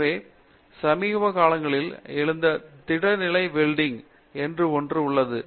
எனவே சமீப காலங்களில் எழுந்த திட நிலை வெல்டிங் என்று ஒன்று உள்ளது